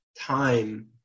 time